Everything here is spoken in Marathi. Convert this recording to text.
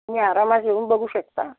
तुम्ही आरामात येऊन बघू शकता